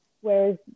Whereas